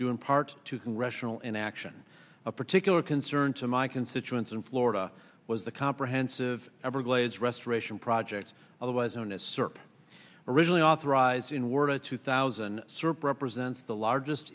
due in part to congressional inaction a particular concern to my constituents in florida was the comprehensive everglades restoration project otherwise known as surplus originally authorized in word of two thousand serp represents the largest